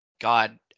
God